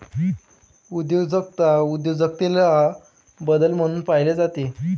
उद्योजकता उद्योजकतेला बदल म्हणून पाहिले जाते